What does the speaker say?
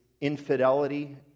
infidelity